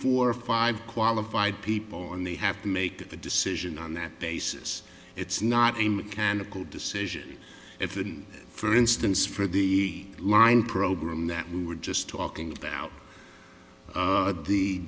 four or five qualified people and they have to make a decision on that basis it's not a mechanical decision if the for instance for the line program that we were just talking about